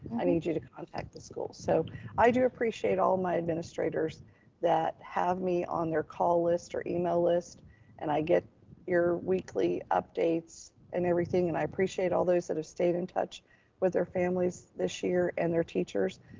i need you to contact the school. so i do appreciate all my administrators that have me on their call list or email list and i get your weekly updates and everything. and i appreciate all those that have stayed in touch with their families this year and their teachers.